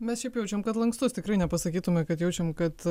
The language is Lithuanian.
mes šiaip jaučiam kad lankstus tikrai nepasakytume kad jaučiam kad